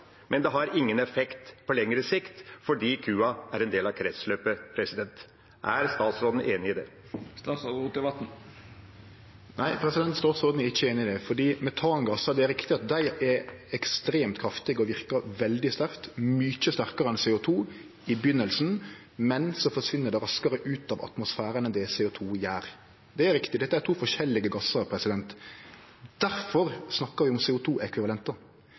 men det har ingen effekt på lengre sikt, fordi kua er en del av kretsløpet. Er statsråden enig i det? Nei, statsråden er ikkje einig i det. Det er riktig at metangassar er ekstremt kraftige og verkar veldig sterkt, mykje sterkare enn CO 2 i byrjinga, men så forsvinn dei raskare ut av atmosfæren enn det CO 2 gjer. Det er riktig. Dette er to forskjellige gassar. Derfor snakkar vi om